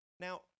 Now